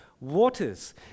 waters